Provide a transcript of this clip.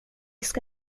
ska